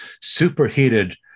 superheated